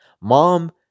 Mom